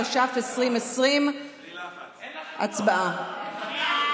התש"ף 2020. הצבעה.